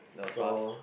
that was fast